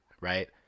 Right